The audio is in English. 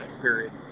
period